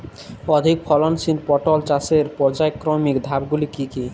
অধিক ফলনশীল পটল চাষের পর্যায়ক্রমিক ধাপগুলি কি কি?